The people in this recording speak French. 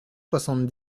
soixante